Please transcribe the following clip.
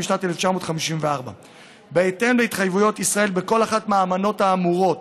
משנת 1954. בהתאם להתחייבות של ישראל בכל אחת מהאמנות האמורות,